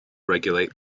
regulate